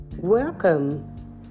Welcome